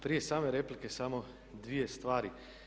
Prije same replike samo dvije stvari.